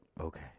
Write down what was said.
Okay